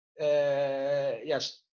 yes